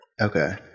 Okay